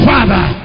Father